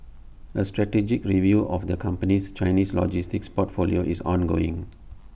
A strategic review of the company's Chinese logistics portfolio is ongoing